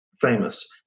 famous